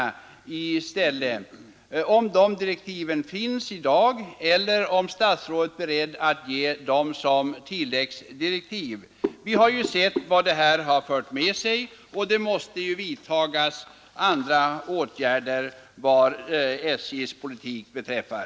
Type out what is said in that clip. Om sådana direktiv nu inte finns, är då statsrådet beredd att ge tilläggsdirektiv av den innebörden? Vi har ju sett vad prishöjningarna har fört med sig, och andra åtgärder måste vidtas vad SJ:s politik beträffar.